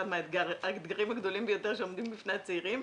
מהאתגרים הגדולים ביותר שעומדים בפני הצעירים.